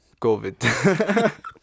COVID